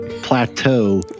Plateau